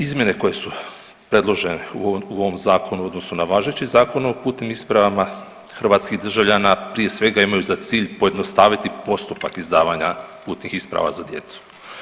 Izmjene koje su predložene u ovom, u ovom zakonu u odnosu na važeći Zakon o putnim ispravama hrvatskih državljana prije svega imaju za cilj pojednostaviti postupak izdavanja putnih isprava za djecu.